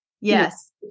Yes